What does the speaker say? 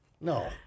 No